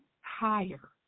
higher